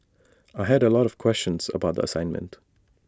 I had A lot of questions about the assignment